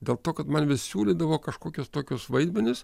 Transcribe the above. dėl to kad man vis siūlydavo kažkokius tokius vaidmenis